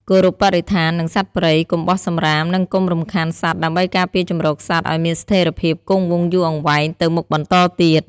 គោរពបរិស្ថាន និងសត្វព្រៃ កុំបោះសំរាម និងកុំរំខានសត្វដើម្បីការពារជម្រកសត្វឲ្យមានស្ថេរភាពគង់វង្សយូរអង្វែងទៅមុខបន្តទៀត។